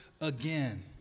again